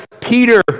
Peter